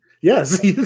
Yes